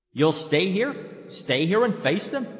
you'll stay here stay here and face them?